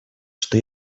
что